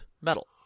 metal